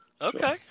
Okay